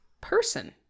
person